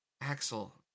Axel